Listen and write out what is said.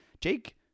Jake